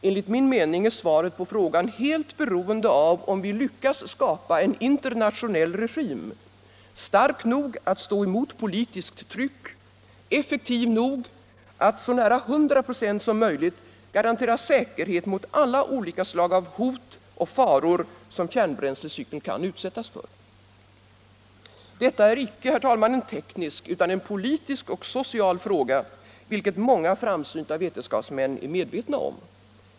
Enligt min mening är svaret på den frågan helt beroende av om vi lyckas skapa en internationell regim, stark nog att stå emot politiskt tryck, effektiv nog att så nära 100 96 som möjligt garantera säkerhet mot alla olika slag av hot och faror som kärnbränslecykeln kan utsättas för. Detta är icke, herr talman, en teknisk, utan en politisk och social fråga, vilket många framsynta vetenskapsmän är medvetna om.